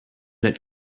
that